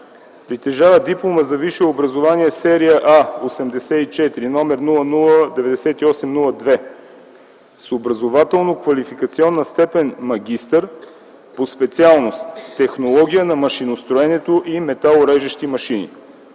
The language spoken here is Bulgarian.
притежава диплома за висше образование серия А84, № 009802 с образователно-квалификационна степен „магистър” по специалност „Технология на машиностроенето и металорежещи машини”;